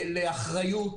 לאחריות,